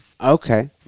Okay